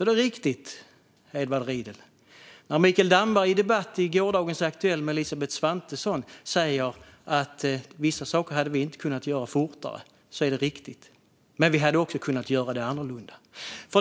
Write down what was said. Det är riktigt, Edward Riedl, att Mikael Damberg i debatt i gårdagens Aktuellt med Elisabeth Svantesson sa att vissa saker hade vi inte kunnat göra fortare. Det är riktigt, men vi hade också kunnat göra dem annorlunda.